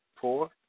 four